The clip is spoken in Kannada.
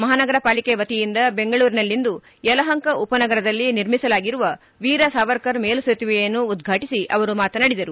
ಮಹಾನಗರ ಪಾಲಿಕೆ ವತಿಯಿಂದ ಬೆಂಗಳೂರಿನಲ್ಲಿಂದು ಯಲಹಂಕ ಉಪನಗರದಲ್ಲಿ ನಿರ್ಮಿಸಲಾಗಿರುವ ವೀರ ಸಾವರ್ಕರ್ ಮೇಲು ಸೇತುವೆಯನ್ನು ಉದ್ಘಾಟಿಸಿ ಅವರು ಮಾತನಾಡಿದರು